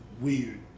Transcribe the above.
weird